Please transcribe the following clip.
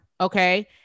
okay